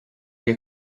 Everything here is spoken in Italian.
che